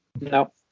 No